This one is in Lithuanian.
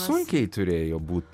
sunkiai turėjo būt